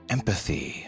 Empathy